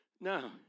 Now